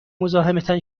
مزاحمتان